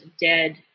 dead